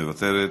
מוותרת.